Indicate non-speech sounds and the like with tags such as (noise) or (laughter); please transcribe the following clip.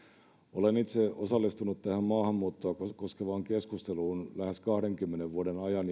olen itse osallistunut tähän maahanmuuttoa koskevaan keskusteluun lähes kahdenkymmenen vuoden ajan (unintelligible)